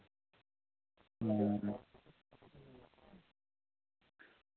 हां